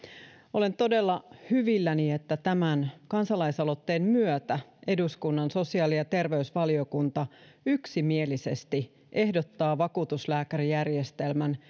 olen todella hyvilläni että tämän kansalaisaloitteen myötä eduskunnan sosiaali ja terveysvaliokunta yksimielisesti ehdottaa vakuutuslääkärijärjestelmän